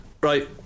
right